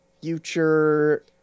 future